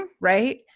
right